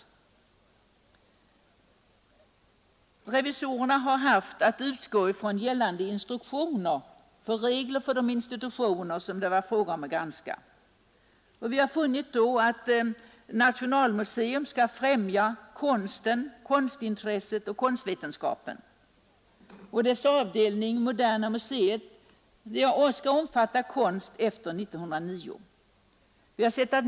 Riksdagens revisorer har haft att utgå från gällande instruktioner för de institutioner som det varit fråga om att granska. Vi har då funnit att Nationalmuseum skall främja konsten, konstintresset och konstvetenskapen. Dess avdelning Moderna museet skall omfatta konst efter 1909.